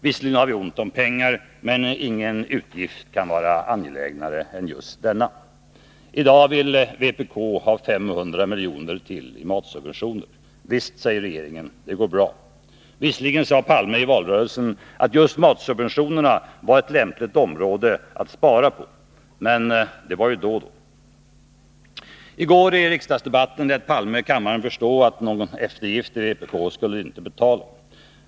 Visserligen har vi ont om pengar, men ingen utgift kan vara angelägnare än just denna. I dag vill vpk ha 500 miljoner till i matsubventioner. Visst, säger regeringen, det går bra. Visserligen sade Olof Palme i valrörelsen att just matsubventionerna var ett lämpligt område att spara på, men det var då det. I går i riksdagsdebatten lät Olof Palme kammaren förstå att det inte skulle bli tal om någon eftergift åt vpk.